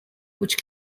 which